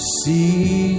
see